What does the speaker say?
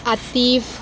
Atif